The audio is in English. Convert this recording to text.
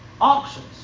auctions